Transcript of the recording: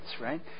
right